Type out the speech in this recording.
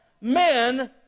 Men